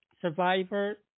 Survivor